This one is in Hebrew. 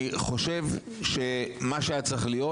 אני חושב שמה שהיה צריך להיות,